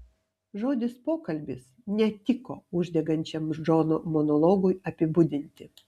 žodis pokalbis netiko uždegančiam džono monologui apibūdinti